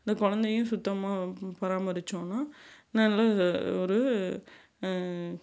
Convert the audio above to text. அந்த குழந்தையும் சுத்தமாக பராமரிச்சோன்னால் நல்ல ஒரு